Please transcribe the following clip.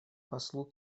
послу